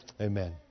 Amen